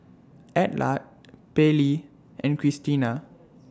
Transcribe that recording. Adelard Pairlee and Christina